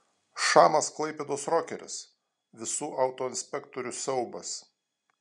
šamas klaipėdos rokeris visų autoinspektorių siaubas